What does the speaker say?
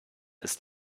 ist